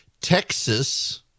Texas